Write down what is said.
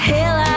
Hell